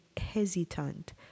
hesitant